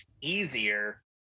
easier